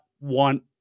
want